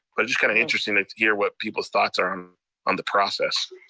but it's kind of interesting like to hear what people's thoughts are um on the process.